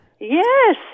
Yes